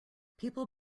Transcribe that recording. people